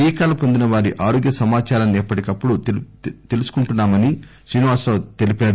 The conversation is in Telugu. టీకాలు హొందిన వారి ఆరోగ్య సమాచారాన్ని ఎప్పటికప్పుడు తెలుసుకుంటున్నామని శ్రీనివాసరావు తెలిపారు